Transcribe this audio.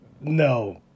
No